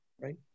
Right